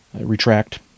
retract